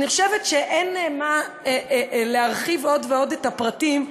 אני חושבת שאין מה להרחיב עוד ועוד בפרטים,